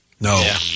No